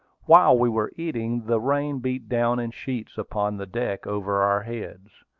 while we were eating, the rain beat down in sheets upon the deck over our heads.